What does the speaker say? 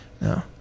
No